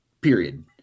period